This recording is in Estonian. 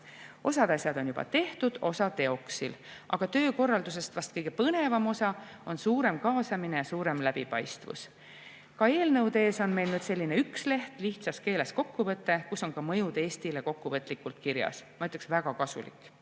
Osa asju on juba tehtud, osa teoksil. Aga töökorraldusest vast kõige põnevam osa on suurem kaasamine ja suurem läbipaistvus. Ka eelnõude ees on meil nüüd selline üksleht, lihtsas keeles kokkuvõte, kus on ka mõjud Eestile kokkuvõtlikult kirjas. Ma ütleksin, väga kasulik.